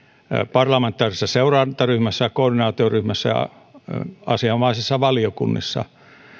parlamentaarisessa seurantaryhmässä koordinaatioryhmässä ja asianomaisissa valiokunnissa